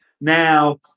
now